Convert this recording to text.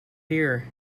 here